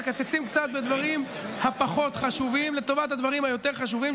מקצצים קצת בדברים הפחות-חשובים לטובת הדברים היותר-חשובים,